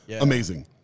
Amazing